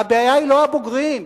הבעיה היא לא הבוגרים,